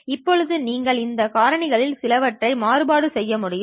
இப்போது நீங்கள் இந்த காரணிகளில் சிலவற்றை மாறுபாடு செய்ய முடியும்